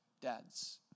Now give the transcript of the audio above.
dads